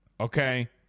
Okay